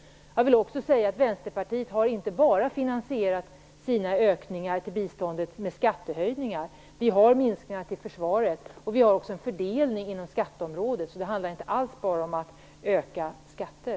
Jag vill också säga att Vänsterpartiet inte har finansierat sina ökningar till biståndet bara med skattehöjningar. Vi har minskningar till försvaret, och vi har också en fördelning inom skatteområdet. Det handlar inte alls enbart om att öka skatter.